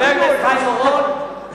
חבר הכנסת חיים אורון,